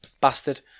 Bastard